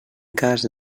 cas